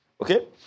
Okay